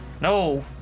No